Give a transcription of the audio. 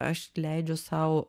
aš leidžiu sau